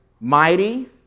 mighty